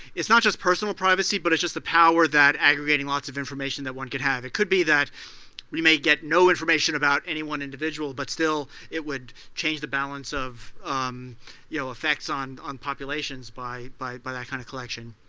it's not just personal privacy, but it's just the power that aggregating lots of information that one could have. it could be that we may get no information about any one individual, but still it would change the balance of um you know effects on on populations by by that kind of collection.